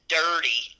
dirty